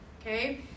okay